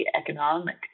economic